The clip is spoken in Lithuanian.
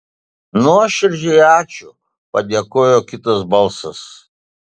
nuoširdžiai ačiū padėkojo kitas balsas